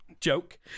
joke